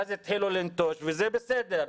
ואז התחילו לנטוש, וזה בסדר.